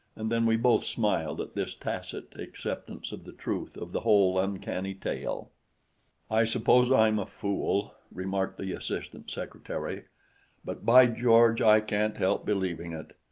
and then we both smiled at this tacit acceptance of the truth of the whole uncanny tale i suppose i'm a fool, remarked the assistant secretary but by george, i can't help believing it,